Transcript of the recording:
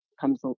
comes